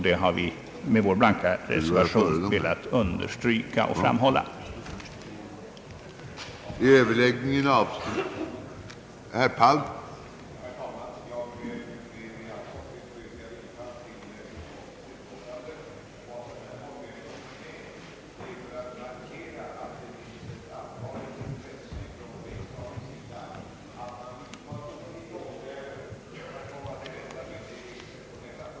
Det har reservanterna velat understryka med sin blanka reservation.